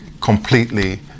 completely